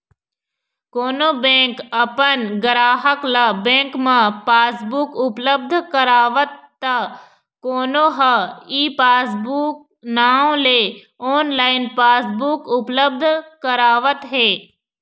कोनो बेंक अपन गराहक ल बेंक म पासबुक उपलब्ध करावत त कोनो ह ई पासबूक नांव ले ऑनलाइन पासबुक उपलब्ध करावत हे